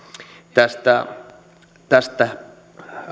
tästä tästä